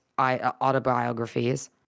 autobiographies